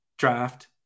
draft